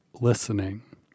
listening